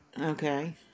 Okay